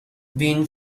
been